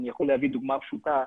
אני יכול להביא דוגמה פשוטה,